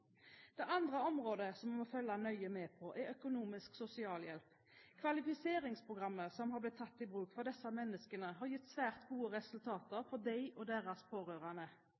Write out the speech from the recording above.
Det andre som vi må følge nøye med på, er økonomisk sosialhjelp. Kvalifiseringsprogrammet som har blitt tatt i bruk for disse menneskene, har gitt svært gode resultater for dem og deres pårørende.